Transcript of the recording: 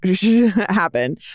happen